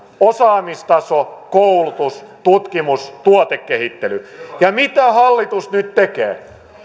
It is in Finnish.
osaamistaso koulutus tutkimus tuotekehittely ja mitä hallitus nyt tekee